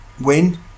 win